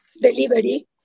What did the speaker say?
delivery